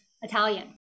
Italian